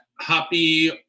happy